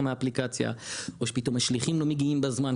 מהאפליקציה או שפתאום השליחים לא מגיעים בזמן.